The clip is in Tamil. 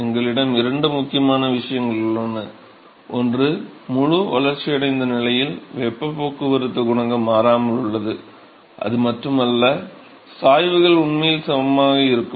எங்களிடம் இரண்டு முக்கியமான விஷயங்கள் உள்ளன ஒன்று முழு வளர்ச்சியடைந்த நிலையில் வெப்பப் போக்குவரத்து குணகம் மாறாமல் உள்ளது அது மட்டுமல்ல சாய்வுகள் உண்மையில் சமமாக இருக்கும்